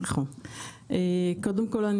קודם כל,